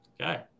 Okay